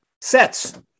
sets